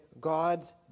God's